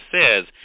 says